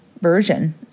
version